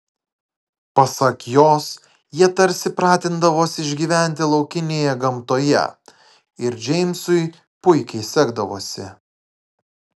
pasak jos jie tarsi pratindavosi išgyventi laukinėje gamtoje ir džeimsui puikiai sekdavosi